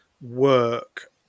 work